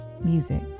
music